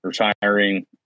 retiring